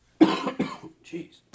Jeez